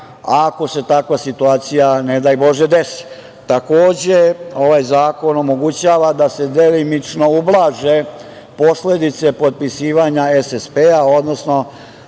ako se takva situacija ne daj bože desi. Takođe, ovaj zakon omogućava da se delimično ublaže posledice potpisivanja SSP, odnosno